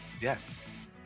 Yes